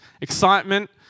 excitement